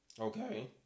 Okay